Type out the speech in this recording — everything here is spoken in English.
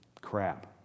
crap